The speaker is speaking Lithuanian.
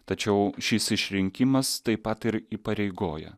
tačiau šis išrinkimas taip pat ir įpareigoja